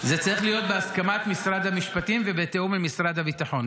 זה צריך להיות בהסכמת משרד המשפטים ובתיאום עם משרד הביטחון,